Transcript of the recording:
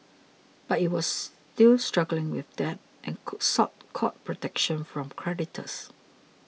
but it was still struggling with debt and could sought court protection from creditors